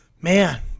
man